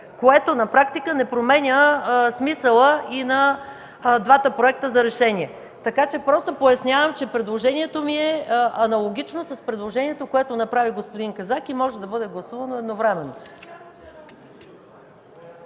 което на практика не променя смисъла и на двата проекта за решение. Просто пояснявам, че предложението ми е аналогично с това, което направи господин Казак, и може да бъде гласувано едновременно.